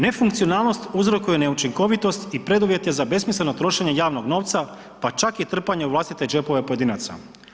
Nefunkcionalnost uzrokuje neučinkovitost i preduvjete za besmisleno trošenje javnog novca, pa čak i trpanje u vlastite džepove pojedinaca.